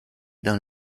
dans